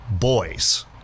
boys